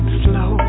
slow